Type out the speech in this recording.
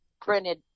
printed